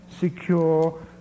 secure